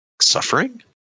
Suffering